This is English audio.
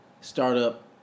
startup